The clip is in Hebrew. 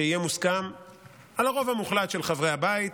שיהיה מוסכם על הרוב המוחלט של חברי הבית.